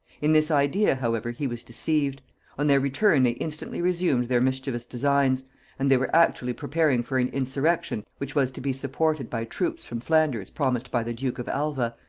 in this idea, however, he was deceived on their return they instantly resumed their mischievous designs and they were actually preparing for an insurrection, which was to be supported by troops from flanders promised by the duke of alva,